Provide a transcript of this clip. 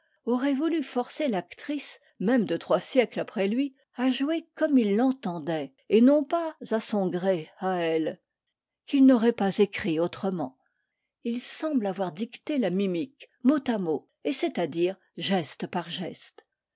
aurait voulu forcer l'actrice même de trois siècles après lui à jouer comme il l'entendait et non pas à son gré à elle qu'il n'aurait pas écrit autrement il semble avoir dicté la mimique mot à mot et c'est-à-dire geste par geste